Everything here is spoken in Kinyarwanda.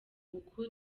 uko